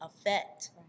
effect